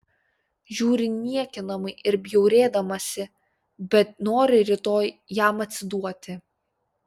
žiūri niekinamai ir bjaurėdamasi bet nori rytoj jam atsiduoti